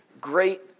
great